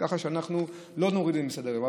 ככה שאנחנו לא מורידים מסדר-היום.